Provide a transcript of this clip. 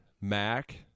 Mac